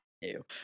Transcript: Ew